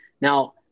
Now